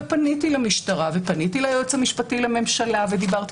פניתי למשטרה ופניתי ליועץ המשפטי לממשלה ודיברתי